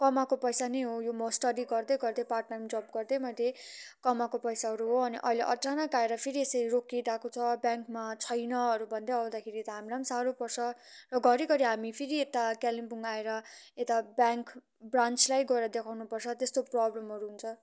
कमाएको पैसा नै हो यो म स्टडी गर्दै पार्ट टाइम जब गर्दै मैले कमाएको पैसाहरू हो अनि अहिले अचानक आएर फेरि यसरी रोकिइरहेको छ ब्याङ्कमा छैनहरू भन्दै आउँदाखेरि त हामीलाई पनि साह्रो पर्छ र घरिघरि हामी फेरि यता कालिम्पोङ आएर यता ब्याङ्क ब्रान्चलाई गएर देखाउनु पर्छ त्यस्तो प्रबलमहरू हुन्छ